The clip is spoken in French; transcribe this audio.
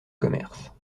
commerces